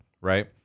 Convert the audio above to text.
Right